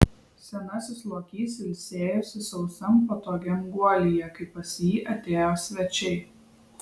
senasis lokys ilsėjosi sausam patogiam guolyje kai pas jį atėjo svečiai